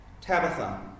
Tabitha